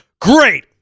great